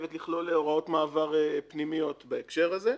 חייבת לכלול הוראות מעבר פנימיות בהקשר הזה.